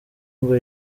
ngo